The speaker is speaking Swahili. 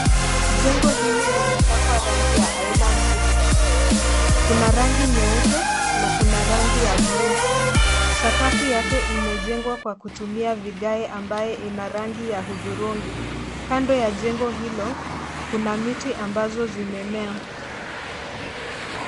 Jnego hili limepakwa rangi ya aina mbili. Kuna rangi nyeupe na kuna rangi ya blue .Sakafu yake imejengwa kwa kutumia vigae ambaye ina rangi ya hudhurungi. Kando ya jengo hilo kuna miti ambazo zimemea.